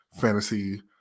fantasy